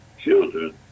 Children